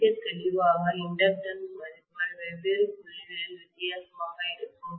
மிக தெளிவாக இண்டக்டன்ஸ் மதிப்புகள் வெவ்வேறு புள்ளிகளில் வித்தியாசமாக இருக்கும்